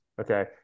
Okay